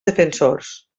defensors